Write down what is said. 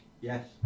Yes